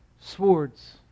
Swords